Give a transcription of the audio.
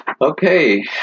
okay